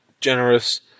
generous